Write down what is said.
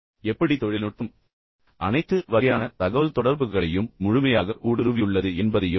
எப்படி தொழில்நுட்பம் அனைத்து வகையான தகவல்தொடர்புகளையும் முழுமையாக ஊடுருவியுள்ளது என்பதையும் காட்டுகிறது